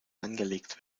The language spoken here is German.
angelegt